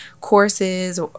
courses